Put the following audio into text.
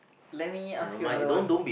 let me ask you another one